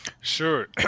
Sure